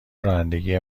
رانندگی